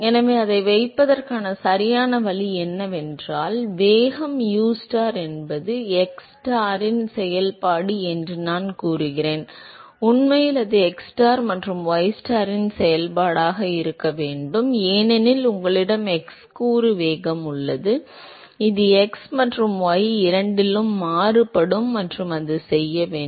எனவே அதை வைப்பதற்கான சரியான வழி என்னவென்றால் வேகம் ustar என்பது xstar இன் செயல்பாடு என்று நான் கூறுகிறேன் உண்மையில் அது xstar மற்றும் ystar இன் செயல்பாடாக இருக்க வேண்டும் ஏனெனில் உங்களிடம் x கூறு வேகம் உள்ளது இது x மற்றும் y இரண்டிலும் மாறுபடும் மற்றும் அது செய்ய வேண்டும்